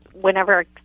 Whenever